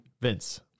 Vince